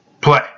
play